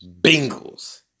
Bengals